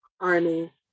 army